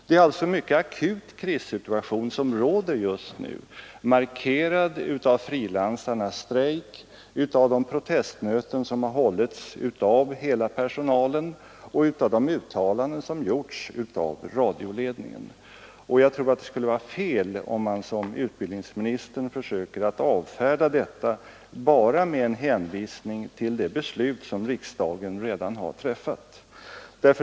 Det är alltså en mycket akut krissituation som råder just nu, markerad av frilansarnas strejk, de protestmöten som har hållits av hela personalen och de uttalanden som gjorts av radioledningen. Jag tror att det är fel att, som utbildningsministern gör, försöka avfärda detta bara med en hänvisning till det beslut som riksdagen redan har fattat.